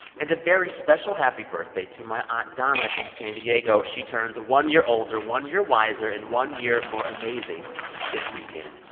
and a very special happy birthday to my aunt donna in san diego. she turns one year older, one year wiser and one year more amazing this weekend.